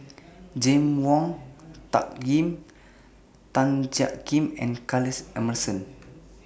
James Wong Tuck Yim Tan Jiak Kim and Charles Emmerson